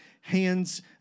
hands